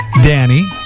Danny